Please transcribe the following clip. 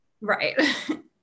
Right